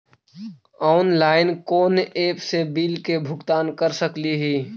Online कोन app से bill के भुगतान कर सकली ही?